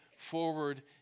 forward